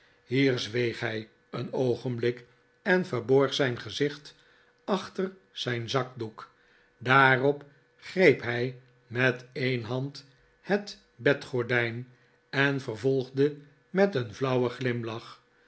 hier zweeg hij een oogenblik en verborg zijn gezicht achter zijn zakdoek daarop greep hij met een hand het bedgordijn en vervolgde met een flauwen glimlach